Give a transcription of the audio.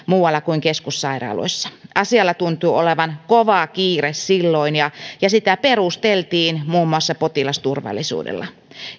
muualla kuin keskussairaaloissa asialla tuntui olevan kova kiire silloin ja ja sitä perusteltiin muun muassa potilasturvallisuudella